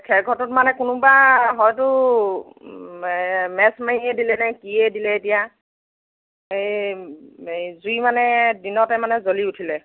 খেৰঘৰটোত মানে কোনোবা হয়তো মেছ মাৰিয়ে দিলেনে কিয়ে দিলে এতিয়া এই জুই মানে দিনতে মানে জ্ৱলি উঠিলে